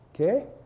okay